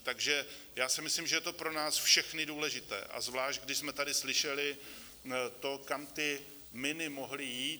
Takže si myslím, že je to pro nás všechny důležité, a zvlášť když jsme tady slyšeli to, kam ty miny mohly jít.